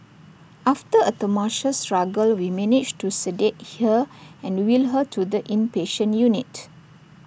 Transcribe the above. after A tumultuous struggle we managed to sedate her and wheel her to the inpatient unit